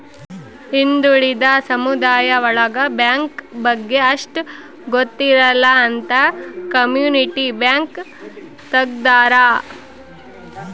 ಹಿಂದುಳಿದ ಸಮುದಾಯ ಒಳಗ ಬ್ಯಾಂಕ್ ಬಗ್ಗೆ ಅಷ್ಟ್ ಗೊತ್ತಿರಲ್ಲ ಅಂತ ಕಮ್ಯುನಿಟಿ ಬ್ಯಾಂಕ್ ತಗ್ದಾರ